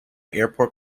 airport